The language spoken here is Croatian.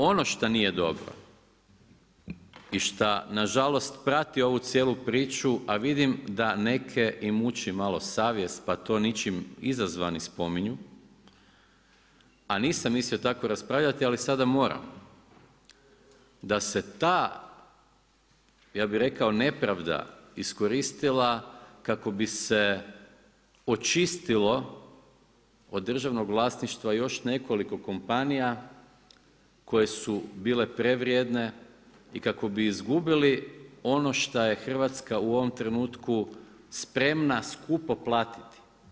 Ono što nije dobro i šta nažalost prati ovu cijelu priču, a vidim da neke i muči malo savjest pa to ničim izazvani spominju, a nisam mislio tako raspravljati ali sada moram, da se ta ja bi rekao, nepravda iskoristila kako bi se očistilo od državnog vlasništva još nekoliko kompanija koje su bile prevrijedne i kako bi izgubili ono šta je Hrvatska u ovom trenutku spreman skupo platiti.